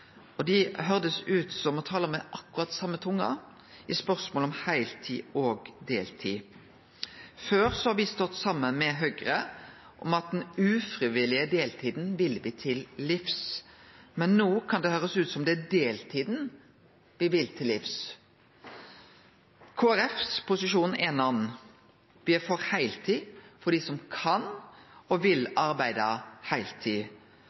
og dei høyrdest ut til å tale med akkurat same tunge på spørsmålet om heiltid og deltid. Før har me stått saman med Høgre om at me vil den ufrivillige deltida til livs, men no kan det høyrast ut som om det er deltida ein vil til livs. Kristeleg Folkepartis posisjon er ein annan. Me er for heiltid for dei som kan og vil arbeide heiltid,